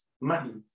money